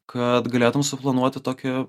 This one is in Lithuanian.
kad galėtum suplanuoti tokį